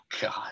God